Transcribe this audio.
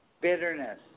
bitterness